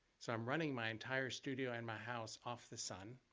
so i'm running my entire studio and my house off the sun.